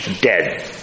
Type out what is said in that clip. Dead